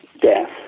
death